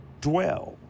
dwell